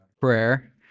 prayer